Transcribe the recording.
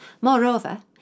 Moreover